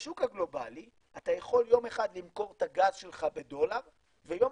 בשוק הגלובלי אתה יכול יום אחד למכור את הגז שלך בדולר ויום